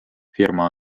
firma